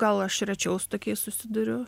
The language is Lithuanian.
gal aš rečiau su tokiais susiduriu